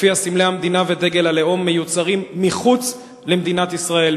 שלפיה סמלי המדינה ודגל הלאום מיוצרים מחוץ למדינת ישראל,